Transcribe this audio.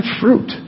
fruit